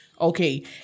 Okay